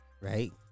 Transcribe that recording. Right